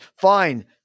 fine